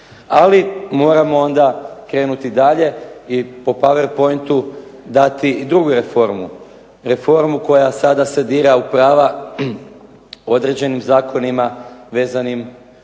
Ali moramo onda krenuti dalje i po powerpointu dati i drugu reformu, reformu koja sada se dira u prava određenim zakonima vezanim uz